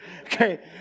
Okay